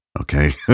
okay